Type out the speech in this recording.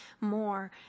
more